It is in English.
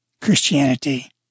Christianity